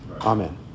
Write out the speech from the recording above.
Amen